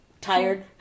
tired